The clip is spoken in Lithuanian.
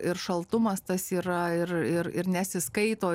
ir šaltumas tas yra ir ir ir nesiskaito